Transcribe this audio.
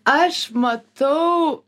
aš matau